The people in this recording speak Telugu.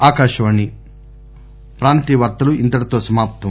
ఆకాశవాణి ప్రాంతీయ వార్తలు ఇంతటితో సమాప్తం